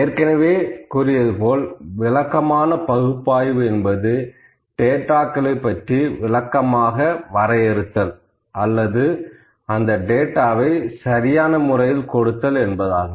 ஏற்கனவே கூறியது போல் விளக்கமான பகுப்பாய்வு என்பது டேட்டாக்களை பற்றி விளக்கமாக வரையறுத்தல் அல்லது அந்த டேட்டாவை சரியான முறையில் கொடுத்தல் என்பதாகும்